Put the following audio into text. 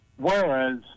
Whereas